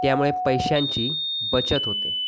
त्यामुळे पैशांची बचत होते